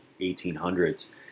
1800s